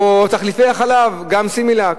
או תחליפי החלב, גם "סימילאק",